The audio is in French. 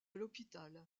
l’hôpital